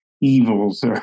evils